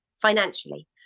financially